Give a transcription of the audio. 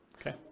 Okay